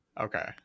Okay